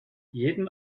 jeden